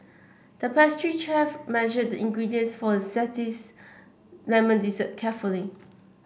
the pastry chef measured the ingredients for a lemon dessert carefully